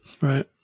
Right